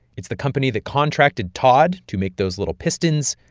it's the company that contracted todd to make those little pistons,